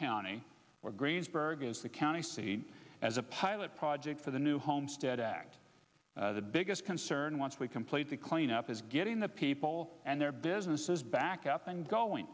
county where greensburg is the county as a pilot project for the new homestead act the biggest concern once we complete the clean up is getting the people and their businesses back up and going